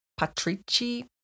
Patrici